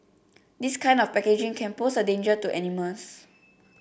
this kind of packaging can pose a danger to animals